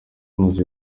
imaze